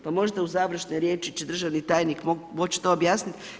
Pa možda u završnoj riječi će državni tajnik moći to objasniti.